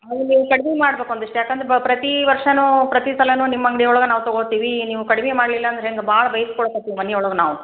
ಅದು ನೀವು ಕಡ್ಮೆ ಮಾಡ್ಬೇಕು ಒಂದಿಷ್ಟು ಯಾಕೆಂದ್ರೆ ಪ್ರತಿ ವರ್ಷವೂ ಪ್ರತಿ ಸಲವೂ ನಿಮ್ಮ ಅಂಗಡಿ ಒಳಗೆ ನಾವು ತೊಗೋತೇವೆ ನೀವು ಕಡ್ಮೆ ಮಾಡ್ಲಿಲ್ಲ ಅಂದ್ರೆ ಹೆಂಗೆ ಭಾಳ ಬೈಸಿಕೊಳ್ಳಕತ್ತೀವಿ ಮನೆ ಒಳಗೆ ನಾವು